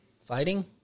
Fighting